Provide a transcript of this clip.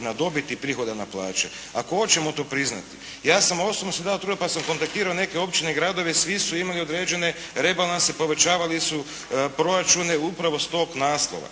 na dobit i prihoda na plaće. A tko će mu to priznati? Ja sam osobno si dao truda pa sam kontaktirao neke općine i gradove. Svi su imali određene rebalanse, povećavali su proračune upravo s tog naslova.